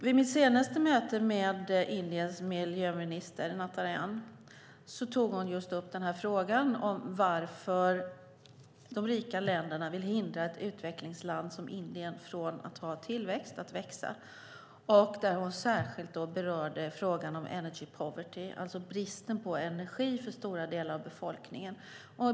Vid mitt senaste möte med Indiens miljöminister Natarajan tog hon upp frågan om varför de rika länderna vill hindra utvecklingslandet Indien från att ha tillväxt och växa. Hon berörde särskilt frågan om energy poverty, alltså bristen på energi för stora delar av befolkningen.